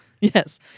yes